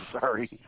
Sorry